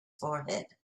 forehead